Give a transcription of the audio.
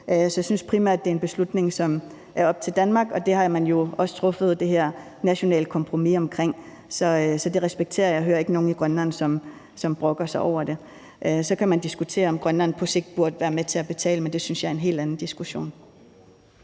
Jeg synes primært, det er en beslutning, som er op til Danmark, og man har jo også fundet frem til det her nationale kompromis omkring det, så det respekterer jeg, og jeg hører ikke nogen i Grønland brokke sig over det. Så kan man diskutere, om Grønland på sigt burde være med til at betale, men det synes jeg er en helt anden diskussion.